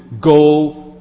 go